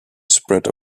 spread